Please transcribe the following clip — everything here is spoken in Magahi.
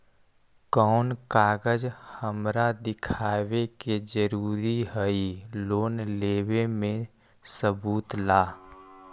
कौन कागज हमरा दिखावे के जरूरी हई लोन लेवे में सबूत ला?